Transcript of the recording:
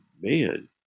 man